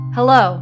Hello